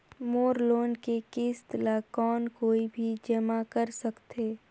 मोर loan के किस्त ल कौन कोई भी जमा कर सकथे?